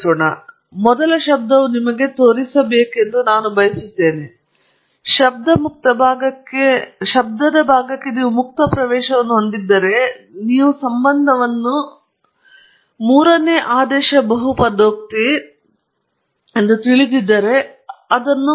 ಆದ್ದರಿಂದ ಮೊದಲ ಶಬ್ದವು ನಿಮಗೆ ತೋರಿಸಬೇಕೆಂದು ನಾನು ಬಯಸುತ್ತೇನೆ ಶಬ್ದ ಮುಕ್ತ ಭಾಗಕ್ಕೆ ನೀವು ಪ್ರವೇಶವನ್ನು ಹೊಂದಿದ್ದರೆ ಮತ್ತು ನೀವು ಸಂಬಂಧವನ್ನು ಮೂರನೇ ಆದೇಶ ಬಹುಪದೋಕ್ತಿ ಎಂದು ತಿಳಿದಿದ್ದರೆ ಆಗ ಅದನ್ನು ಸರಿ ಮಾಡೋಣ